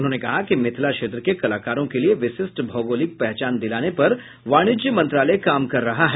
उन्होंने कहा कि मिथिला क्षेत्र के कलाकारों के लिये विशिष्ट भौगोलिक पहचान दिलाने पर वाणिज्य मंत्रालय काम कर रहा है